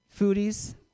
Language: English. foodies